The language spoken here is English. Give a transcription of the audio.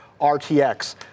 RTX